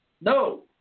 No